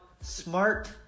smart